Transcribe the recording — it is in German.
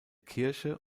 kirche